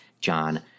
John